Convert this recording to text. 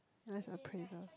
rest appraisal